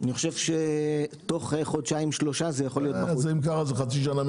אני חושב שתוך חודשיים-שלושה זה צריך להיות מוכן --- אם כך,